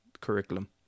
curriculum